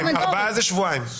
מארבעה חודשים, שבועיים.